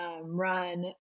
run